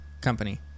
company